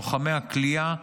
לוחמי הכליאה,